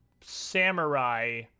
samurai